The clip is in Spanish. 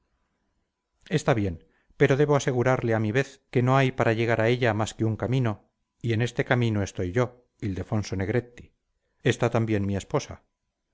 está bien pero debo asegurarle a mi vez que no hay para llegar a ella más que un camino y en este camino estoy yo ildefonso negretti está también mi esposa